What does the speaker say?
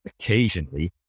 occasionally